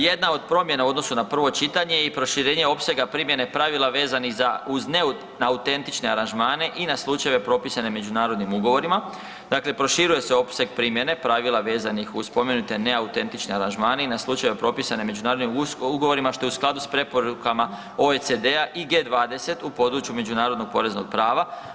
Jedna od promjena u odnosu na prvo čitanje je proširenje opsega primjene pravila vezanih uz neautentične aranžmane i na slučajeve propisane međunarodnim ugovorima, dakle proširuje se opseg primjene pravila vezanih uz spomenute neautentične aranžmane i na slučajeve propisane međunarodnim ugovorima što je u skladu s preporukama OECD-a i G-20 u području međunarodnog poreznog prava.